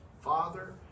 father